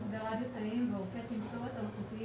מוקדי רדיו תאיים ועורקי תמסורת אלחוטיים